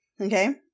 Okay